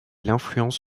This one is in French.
l’influence